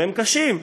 והם קשים,